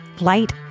light